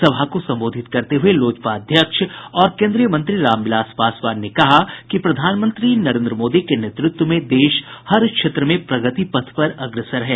सभा को संबोधित करते हुए लोजपा अध्यक्ष और केन्द्रीय मंत्री रामविलास पासवान ने कहा कि प्रधानमंत्री नरेन्द्र मोदी के नेतृत्व में देश हर क्षेत्र में प्रगति पथ पर अग्रसर है